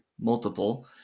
multiple